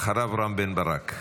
אחריו, רם בן ברק.